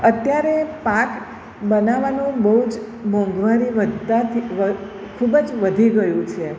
અત્યારે પાક બનાવવાનું બહુ જ મોંઘવારી વધતાં થી ખૂબ જ વધી ગયું છે